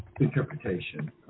interpretation